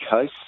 case